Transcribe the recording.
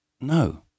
No